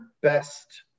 best